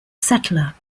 settler